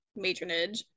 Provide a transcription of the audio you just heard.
matronage